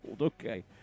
Okay